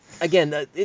Again